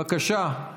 בבקשה.